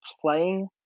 playing